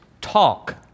talk